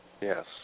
Yes